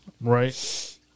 right